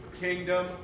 kingdom